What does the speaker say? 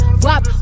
wop